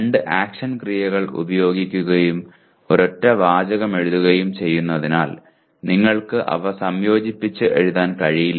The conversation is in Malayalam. രണ്ട് ആക്ഷൻ ക്രിയകൾ ഉപയോഗിക്കുകയും ഒരൊറ്റ വാചകം എഴുതുകയും ചെയ്യുന്നതിനാൽ നിങ്ങൾക്ക് അവ സംയോജിപ്പിച്ച് എഴുതാൻ കഴിയില്ല